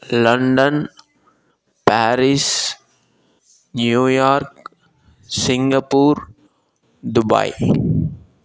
London Paris New York Singapore Dubai